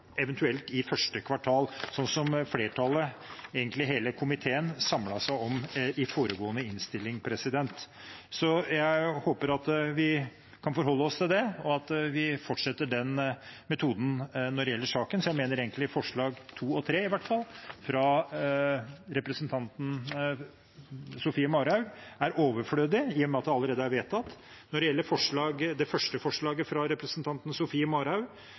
eventuelt i første kvartal, slik flertallet – egentlig hele komiteen – samlet seg om i foregående innstilling. Jeg håper at vi kan forholde oss til det, og at vi fortsetter den metoden når det gjelder saken. Jeg mener altså at i hvert fall de to siste forslagene fra representanten Sofie Marhaug er overflødige, i og med at dette allerede er vedtatt. Når det gjelder det første forslaget fra representanten Sofie Marhaug,